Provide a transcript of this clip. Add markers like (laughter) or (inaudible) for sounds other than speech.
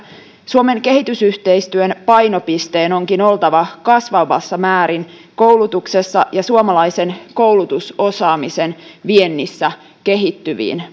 suomen kehitysyhteistyön painopisteen onkin oltava kasvavassa määrin koulutuksessa ja suomalaisen koulutusosaamisen viennissä kehittyviin (unintelligible)